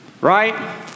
Right